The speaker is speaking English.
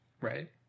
Right